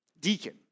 Deacon